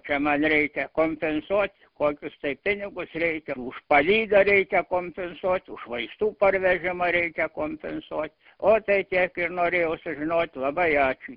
čia man reikia kompensuot kokius tai pinigus reikia už palydą reikia kompensuot už vaistų parvežimą reikia kompensuot o tai tiek ir norėjau sužinot labai ačiū